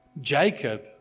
Jacob